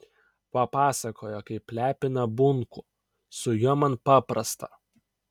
papasakojo kaip lepina bunkų su juo man paprasta